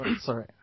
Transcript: Sorry